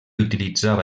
utilitzava